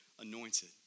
anointed